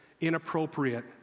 inappropriate